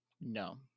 No